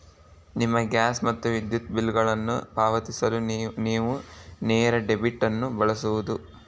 ನಿಮ್ಮ ಗ್ಯಾಸ್ ಮತ್ತು ವಿದ್ಯುತ್ ಬಿಲ್ಗಳನ್ನು ಪಾವತಿಸಲು ನೇವು ನೇರ ಡೆಬಿಟ್ ಅನ್ನು ಬಳಸಬಹುದು